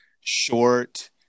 short